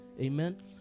Amen